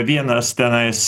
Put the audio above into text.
vienas tenais